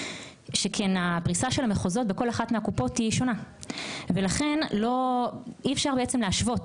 שכן הפריסה של המחוזות בכל אחת מהקופות היא שונה ולכן אי אפשר להשוות